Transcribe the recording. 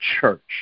church